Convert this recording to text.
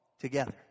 Together